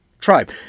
tribe